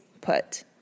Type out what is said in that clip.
put